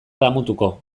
damutuko